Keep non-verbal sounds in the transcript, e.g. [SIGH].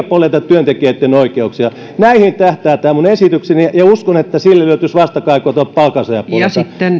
[UNINTELLIGIBLE] poljeta työntekijöitten oikeuksia näihin tähtää tämä minun esitykseni ja uskon että sille löytyisi vastakaikua palkansaajapuolelta